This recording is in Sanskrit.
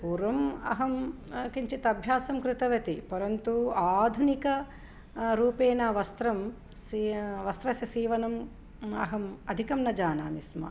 पूर्वम् अहं किञ्चित् अभ्यासं कृतवति परन्तु आधुनिक रूपेण वस्त्रं सी वस्त्रस्य सीवनं अहम् अधिकं न जानामि स्म